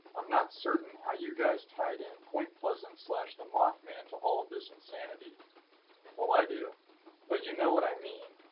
i'm not certain how you guys tied in point pleasant slash the mothman to all this insanity well, i do but you know what i mean.